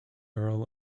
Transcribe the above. earl